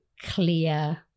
clear